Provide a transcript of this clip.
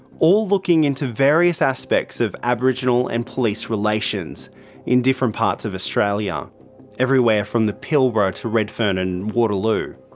all looking into various aspects of aboriginal and police relations in different parts of australia everywhere from the pilbara to redfern and waterloo.